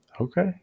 Okay